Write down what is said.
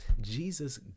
Jesus